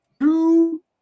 Two